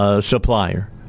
supplier